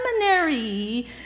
seminary